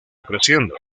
creciendo